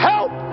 Help